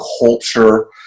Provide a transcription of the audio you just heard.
culture